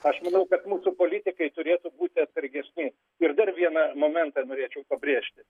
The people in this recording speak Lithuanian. aš manau kad mūsų politikai turėtų būti atsargesni ir dar vieną momentą norėčiau pabrėžti